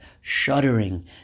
shuddering